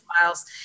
files